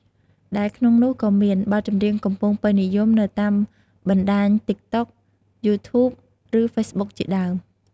ដែលក្នុងនោះក៏មាន បទចម្រៀងកំពុងពេញនិយមនៅតាមបណ្តាញ TikTok, YouTube, ឬ Facebook ជាដើម។